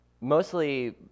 mostly